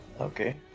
okay